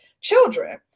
children